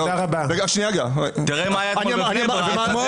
תראה מה היה אתמול בבני ברק.